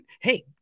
hey